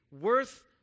worth